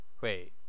wait